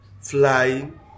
flying